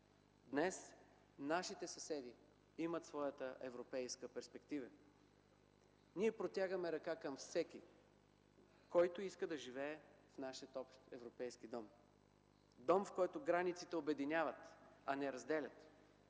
Днес нашите съседи имат своята европейска перспектива. Ние протягаме ръка към всеки, който иска да живее в нашия общ европейски дом – дом, в който границите обединяват, а не разделят;